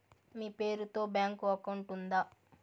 మీ పేరు తో bank account ఉందా?